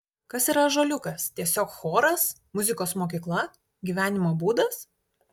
kas yra ąžuoliukas tiesiog choras muzikos mokykla gyvenimo būdas